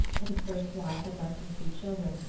and his first wife had left him two children,